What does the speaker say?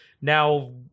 now